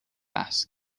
بحث